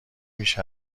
بیش